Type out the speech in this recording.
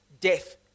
death